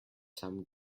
some